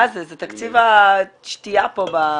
מה זה, זה תקציב השתייה פה.